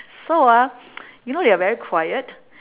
so ah you know they are very quiet